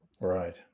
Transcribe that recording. right